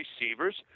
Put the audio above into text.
receivers